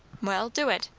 well, do it.